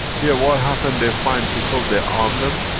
yeah. what happen, they find people, they arm them,